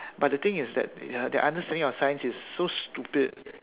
but the thing is that their understanding of science is so stupid